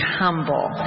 humble